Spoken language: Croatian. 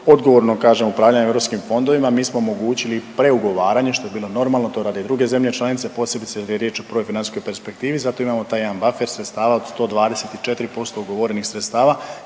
odgovornog, kažem, upravljanja EU fondovima, mi smo omogućili preugovoranje, što je bilo normalno, to rade i druge zemlje članice, posebice kad je riječ o prvoj financijskoj perspektivi, zato imamo taj jedan buffer sredstava od 124% ugovorenih sredstava